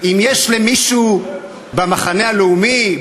אם יש למישהו במחנה הלאומי,